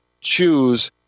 choose